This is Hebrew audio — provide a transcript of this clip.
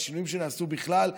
והשינויים שנעשו בכלל,